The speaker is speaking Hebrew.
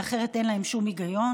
כי אחרת אין להם שום היגיון.